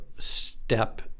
step